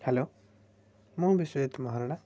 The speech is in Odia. ହେଲୋ ମୁଁ ବିଶ୍ଵଜିତ ମହାରଣାା